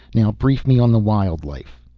now brief me on the wildlife.